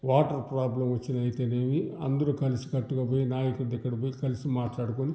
water problem వచ్చిన అయితేనేమి అందరు కలిసి కట్టుగా పోయి నాయకుడి దగ్గరకి పోయి కలిసి మాట్లాడుకొని